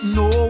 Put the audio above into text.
no